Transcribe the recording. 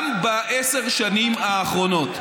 גם בעשר השנים האחרונות.